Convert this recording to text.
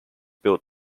built